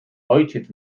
ojciec